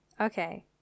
Okay